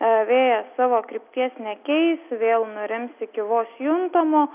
a vėjas savo krypties nekeis vėl nurims iki vos juntamo